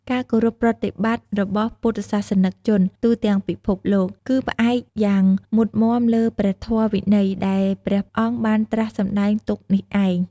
ការគោរពប្រតិបត្តិរបស់ពុទ្ធសាសនិកជនទូទាំងពិភពលោក គឺផ្អែកយ៉ាងមុតមាំលើព្រះធម៌វិន័យដែលព្រះអង្គបានត្រាស់សម្ដែងទុកនេះឯង។